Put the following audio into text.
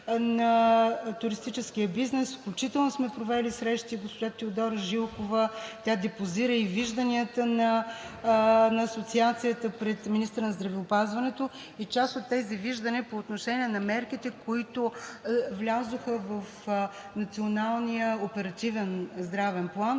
на туристическия бизнес, включително сме провели срещи и с госпожа Теодора Жилкова. Тя депозира вижданията на Асоциацията пред министъра на здравеопазването и част от тези виждания по отношение на мерките, които влязоха в Националния оперативен здравен план,